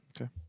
okay